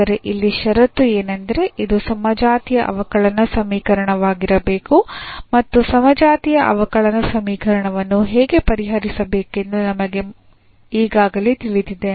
ಆದರೆ ಇಲ್ಲಿ ಷರತ್ತು ಏನೆಂದರೆ ಇದು ಸಮಜಾತೀಯ ಅವಕಲನ ಸಮೀಕರಣವಾಗಿರಬೇಕು ಮತ್ತು ಸಮಜಾತೀಯ ಅವಕಲನ ಸಮೀಕರಣವನ್ನು ಹೇಗೆ ಪರಿಹರಿಸಬೇಕೆಂದು ನಮಗೆ ಈಗಾಗಲೇ ತಿಳಿದಿದೆ